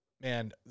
man